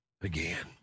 again